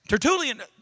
Tertullian